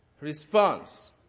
response